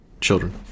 children